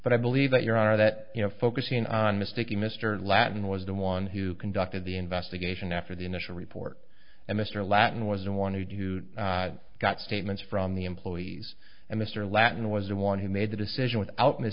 but i believe that your honor that you know focusing on mistaking mr latin was the one who conducted the investigation after the initial report and mr latin was the one who got statements from the employees and mr latin was the one who made the decision without